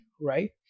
right